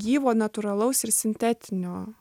gyvo natūralaus ir sintetinio